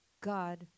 God